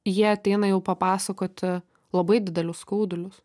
jie ateina jau papasakoti labai didelius skaudulius